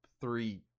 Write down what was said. three